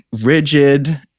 rigid